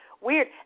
weird